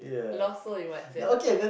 lost souls in what sense